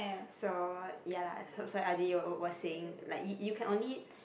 so ya lah so so was saying like you you can only